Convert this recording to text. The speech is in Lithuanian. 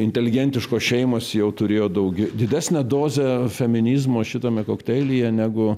inteligentiškos šeimos jau turėjo daug didesnę dozę feminizmo šitame kokteilyje negu